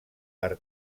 per